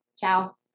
Ciao